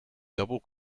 double